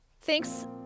Thanks